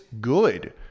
good